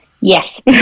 Yes